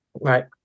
Right